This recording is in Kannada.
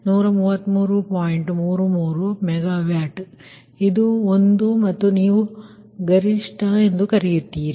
33 ಮೆಗಾವ್ಯಾಟ್ ಇದು ಒಂದು ಮತ್ತು ನೀವು ಗರಿಷ್ಠ ಎಂದು ಕರೆಯುತ್ತೀರಿ